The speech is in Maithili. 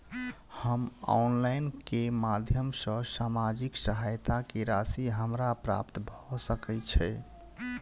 हम ऑनलाइन केँ माध्यम सँ सामाजिक सहायता केँ राशि हमरा प्राप्त भऽ सकै छै?